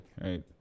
right